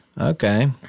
Okay